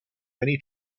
many